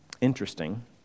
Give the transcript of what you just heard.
interesting